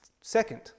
second